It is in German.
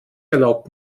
erlaubt